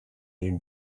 you